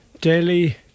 Delhi